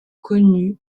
connue